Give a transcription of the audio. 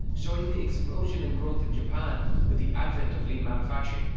showing the explosion in growth in japan with the advent of lean manufacturing,